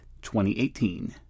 2018